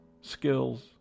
skills